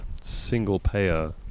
single-payer